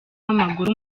w’amaguru